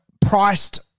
priced